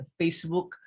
Facebook